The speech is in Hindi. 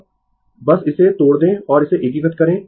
अब बस इसे तोड़ दें और इसे एकीकृत करें